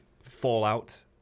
fallout